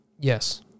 Yes